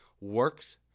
works